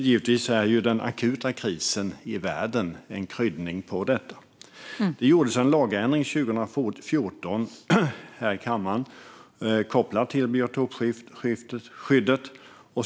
Givetvis är den akuta krisen i världen en krydda på detta. Det gjordes en lagändring 2014 kopplat till biotopskyddet.